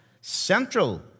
central